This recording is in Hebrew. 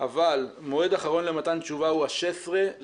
אבל מועד אחרון למתן תשובה הוא ה-16.7,